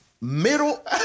Middle